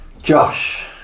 Josh